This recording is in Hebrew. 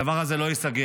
הדבר הזה לא ייסגר.